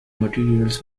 materials